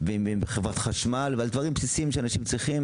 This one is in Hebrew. לחברת החשמל ולעוד דברים בסיסיים שאנשים צריכים,